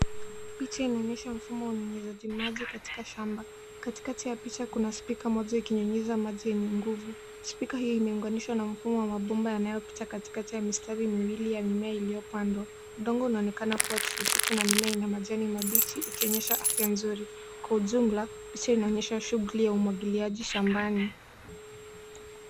Picha inaonyesha mfumo wa unyunyizaji maji katika shamba. Katikati ya picha kuna spika moja ikinyunyiza maji yenye nguvu. Spika hii imeunganishwa na mfumo wa mabomba yanayopita katikati ya mistari miwili ya mimea iliyopandwa. Udongo unaonekana kuwa tifutifu na mimea ina majani mabichi ikionyesha afya nzuri. Kwa ujumla picha inaonyesha shughli ya umwagiliaji shambani.